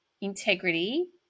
integrity